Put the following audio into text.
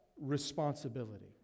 responsibility